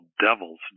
Devil's